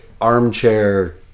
armchair